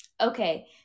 Okay